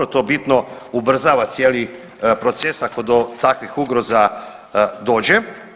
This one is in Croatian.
To bitno ubrzava cijeli proces ako do takvih ugroza dođe.